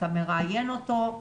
אתה מראיין אותו,